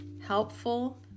helpful